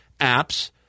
apps